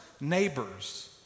neighbors